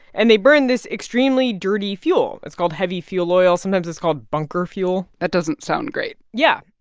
and they burn this extremely dirty fuel. it's called heavy fuel oil. sometimes it's called bunker fuel that doesn't sound great yeah.